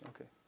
Okay